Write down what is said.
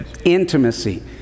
intimacy